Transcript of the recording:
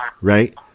right